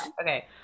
Okay